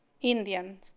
Indian